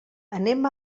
anem